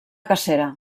cacera